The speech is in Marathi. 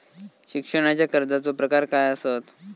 शिक्षणाच्या कर्जाचो प्रकार काय आसत?